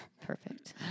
Perfect